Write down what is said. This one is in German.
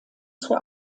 zur